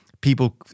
people